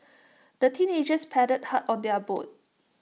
the teenagers paddled hard on their boat